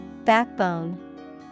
Backbone